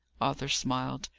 arthur smiled.